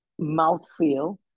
mouthfeel